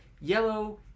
yellow